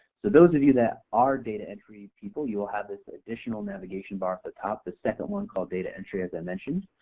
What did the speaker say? so those of you that are date entry people you will have this additional navigation bar at the top, the second one called data entry as i mentioned.